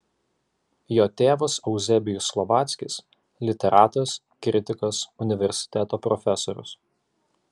jo tėvas euzebijus slovackis literatas kritikas universiteto profesorius